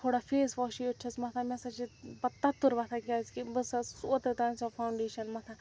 تھوڑا فیس واشٕے یوت چھیٚس مَتھان مےٚ ہَسا چھُ پَتہٕ تتُر وۄتھان کیٛازِکہِ بہٕ ہسا ٲسٕس اوترٕ تانۍ سۄ فانٛوڈیشَن مَتھان